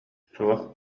суох